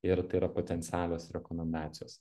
ir tai yra potencialios rekomendacijos